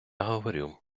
говорю